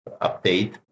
update